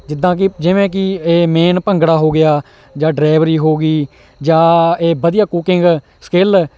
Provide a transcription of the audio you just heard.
ਜਿੱਦਾਂ ਕਿ ਜਿਵੇਂ ਕਿ ਇਹ ਮੇਨ ਭੰਗੜਾ ਹੋ ਗਿਆ ਜਾਂ ਡਰਾਇਵਰੀ ਹੋ ਗਈ ਜਾਂ ਇਹ ਵਧੀਆ ਕੁਕਿੰਗ ਸਕਿਲ